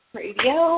radio